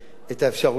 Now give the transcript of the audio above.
את האפשרויות,